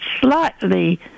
slightly